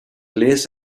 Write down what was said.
lace